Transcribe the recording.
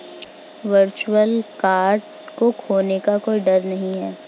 virtual card के खोने का कोई दर नहीं है